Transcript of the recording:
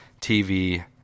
TV